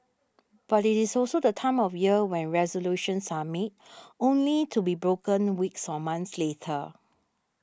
but it is also the time of year when resolutions are made only to be broken weeks or months later